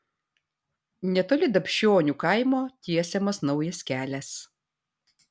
netoli dapšionių kaimo tiesiamas naujas kelias